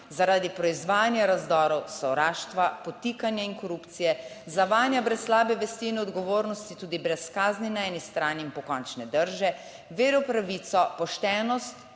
zaradi proizvajanja razdorov, sovraštva, podtikanja in korupcije, zavajanja brez slabe vesti in odgovornosti tudi brez kazni na eni strani in pokončne drže, vero v pravico, poštenost,